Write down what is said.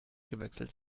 gewechselt